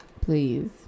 please